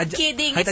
kidding